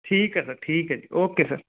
ਠੀਕ ਹੈ ਸਰ ਠੀਕ ਹੈ ਜੀ ਓਕੇ ਸਰ